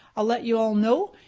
i'll let you all know.